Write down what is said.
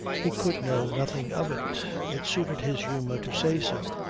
he could know nothing of it. it suited his humour to say so.